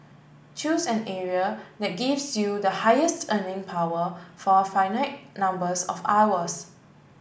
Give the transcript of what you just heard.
choose an area that gives you the highest earning power for a finite numbers of hours